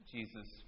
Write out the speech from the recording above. Jesus